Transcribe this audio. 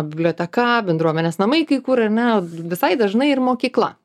biblioteka bendruomenės namai kai kur ar ne visai dažnai ir mokykla